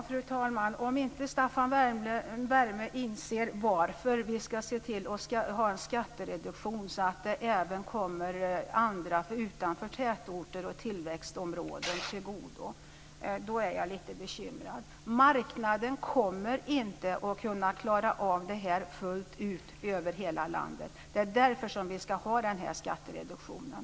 Fru talman! Om inte Staffan Werme inser varför vi ska se till att ha en skattereduktion så att detta även kommer människor utanför tätorter och tillväxtområden till godo, blir jag lite bekymrad. Marknaden kommer inte att kunna klara av det här fullt ut över hela landet. Det är därför som vi ska ha skattereduktionen.